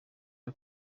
ari